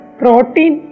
protein